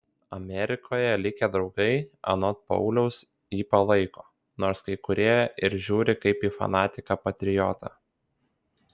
amerikoje likę draugai anot pauliaus jį palaiko nors kai kurie ir žiūri kaip į fanatiką patriotą